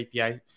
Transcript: API